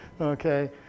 Okay